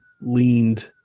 leaned